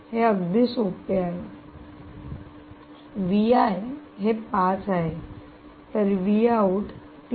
हे अगदी सोपे आहे हे 5 आहे तर 3